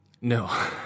No